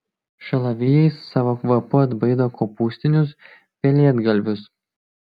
šalavijai savo kvapu atbaido kopūstinius pelėdgalvius